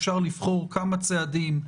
אפשר לבחור כמה צעדים,